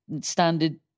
standard